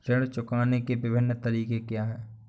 ऋण चुकाने के विभिन्न तरीके क्या हैं?